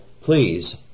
please